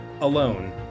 alone